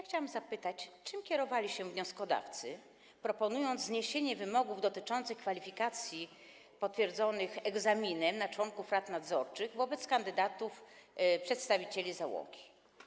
Chciałam zapytać, czym kierowali się wnioskodawcy, proponując zniesienie wymogów dotyczących kwalifikacji potwierdzonych egzaminem na członków rad nadzorczych wobec kandydatów przedstawicieli załogi.